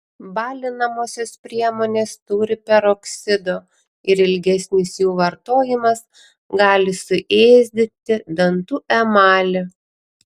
balinamosios priemonės turi peroksido ir ilgesnis jų vartojimas gali suėsdinti dantų emalį